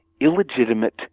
illegitimate